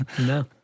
No